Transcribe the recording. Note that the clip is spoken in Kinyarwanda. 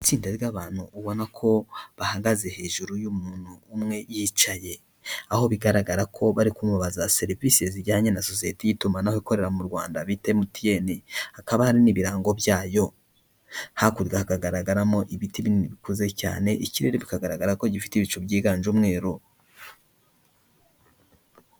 Itsinda ry'abantu ubona ko bahagaze hejuru y'umuntu umwe yicaye, aho bigaragara ko bari kumubaza serivisi zijyanye na sosiyete y'iitumanaho ikorera mu Rwanda bita MTN. Hakaba hari n'ibirango byayo, hakurya hagaragaramo ibiti binini bikuze cyane, ikirere bikagaragara ko gifite ibicu byiganje umweru.